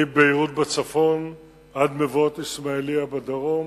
מביירות בצפון עד מבואות אסמאעיליה בדרום,